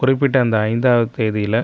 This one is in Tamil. குறிப்பிட்ட அந்த ஐந்தாவது தேதியில்